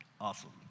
awesome